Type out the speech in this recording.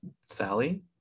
Sally